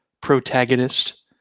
protagonist